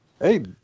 Hey